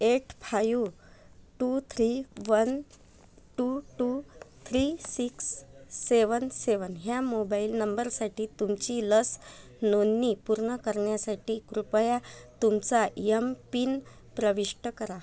eight five two three one two two three six seven seven ह्या mobile नंबरसाठी तुमची लस नोंदणी पूर्ण करण्यासाठी कृपया तुमचा यमपिन प्रविष्ट करा